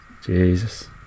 Jesus